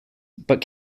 but